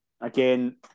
again